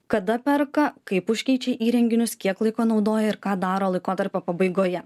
kada perka kaip užkeičia įrenginius kiek laiko naudoja ir ką daro laikotarpio pabaigoje